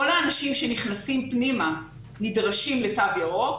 כל האנשים שנכנסים פנימה נדרשים לתו ירוק,